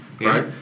right